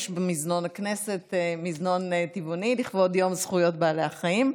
יש במזנון הכנסת מזנון טבעוני לכבוד יום זכויות בעלי החיים.